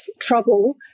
trouble